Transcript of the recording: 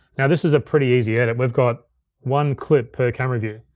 now this is a pretty easy edit. we've got one clip per camera view.